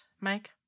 Mike